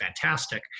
fantastic